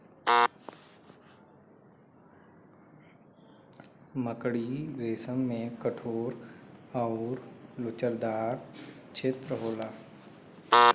मकड़ी रेसम में कठोर आउर लोचदार छेत्र होला